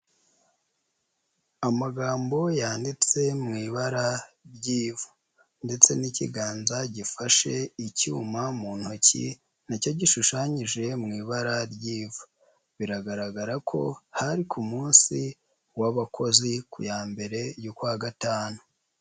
Amagambo yanditse mu ibara ry'ivu ndetse n'ikiganza gifashe icyuma mu ntoki, na cyo gishushanyije mu ibara ry'ivu, biragaragara ko hari ku munsi w'abakozi ku ya mbere y'ukwa gatanu.